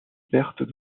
pertes